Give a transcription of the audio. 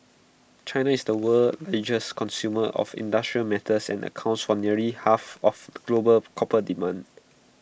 China is the world's consumer of industrial metals and accounts for nearly half of global copper demand